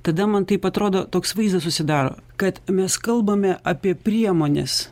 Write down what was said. tada man taip atrodo toks vaizdas susidaro kad mes kalbame apie priemones